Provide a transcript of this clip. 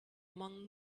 among